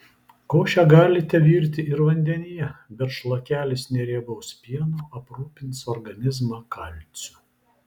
košę galite virti ir vandenyje bet šlakelis neriebaus pieno aprūpins organizmą kalciu